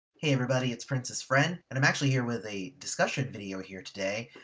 hey, everybody its prince's friend, and i'm actually here with a discussion video here today!